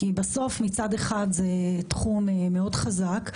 כי בסוף מצד אחד זה תחום מאוד חזק,